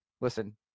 listen